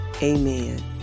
Amen